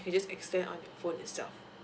you can just extend on your phone itself